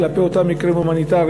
כלפי אותם מקרים הומניטריים,